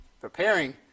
preparing